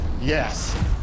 Yes